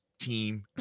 team